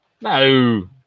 No